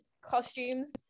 costumes